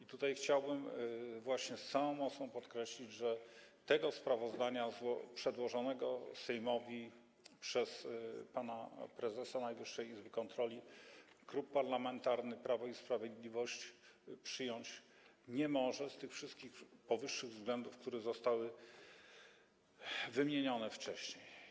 Z całą mocą chciałbym właśnie podkreślić, że tego sprawozdania przedłożonego Sejmowi przez pana prezesa Najwyższej Izby Kontroli Klub Parlamentarny Prawo i Sprawiedliwość przyjąć nie może z tych wszystkich względów, które zostały wymienione wcześniej.